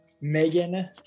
Megan